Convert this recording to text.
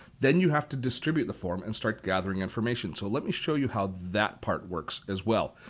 then you have to distribute the form and start gathering information. so let me show you how that part works as well.